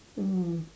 mmhmm